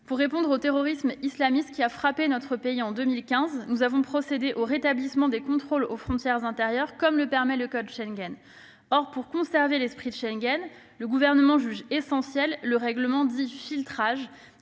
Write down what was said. Pour répondre au terrorisme islamiste, qui a frappé notre pays en 2015, nous avons procédé au rétablissement des contrôles aux frontières intérieures, comme le permet le code Schengen. Or, pour conserver l'esprit de Schengen, le Gouvernement juge essentiel le règlement dit « filtrage »,